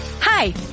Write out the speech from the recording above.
Hi